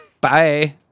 Bye